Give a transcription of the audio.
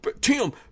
Tim